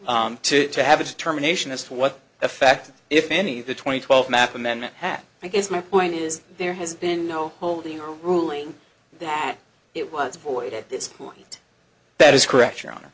to have a determination as to what effect if any the twenty twelve map amendment hat i guess my point is there has been no holding her ruling that it was void at this point that is correct your